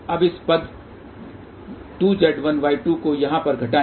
अब इस पद 2Z1Y2 को यहाँ पर घटाएँ